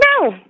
No